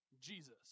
Jesus